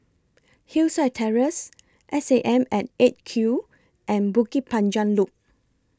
Hillside Terrace SAM At eight Q and Bukit Panjang Loop